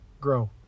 grow